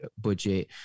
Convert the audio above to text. budget